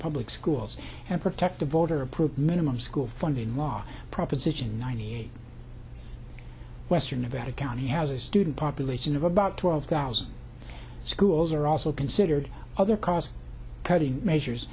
public schools and protect the voter approved minimum school funding law proposition ninety eight western nevada county has a student population of about twelve thousand schools are also considered other cost cutting measures